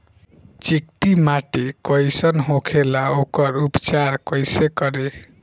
चिकटि माटी कई सन होखे ला वोकर उपचार कई से करी?